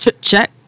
Check